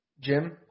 Jim